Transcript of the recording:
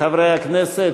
חברי הכנסת,